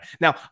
Now